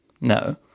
No